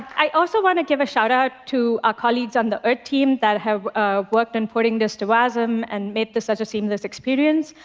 i also want to give a shout out to our colleagues on the earth team that have worked in putting this to wasm and made this such a seamless experience,